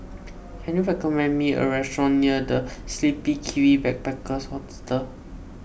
can you recommend me a restaurant near the Sleepy Kiwi Backpackers Hostel